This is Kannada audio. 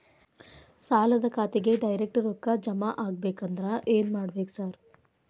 ಸಾಲದ ಖಾತೆಗೆ ಡೈರೆಕ್ಟ್ ರೊಕ್ಕಾ ಜಮಾ ಆಗ್ಬೇಕಂದ್ರ ಏನ್ ಮಾಡ್ಬೇಕ್ ಸಾರ್?